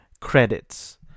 Credits